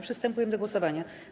Przystępujemy do głosowania.